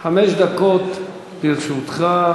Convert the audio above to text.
חמש דקות לרשותך.